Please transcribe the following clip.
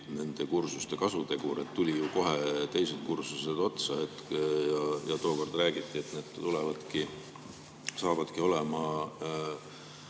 nende kursuste kasutegur? Tulid ju kohe teised kursused otsa. Ja tookord räägiti, et need saavadki olema